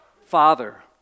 father